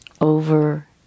over